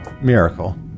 miracle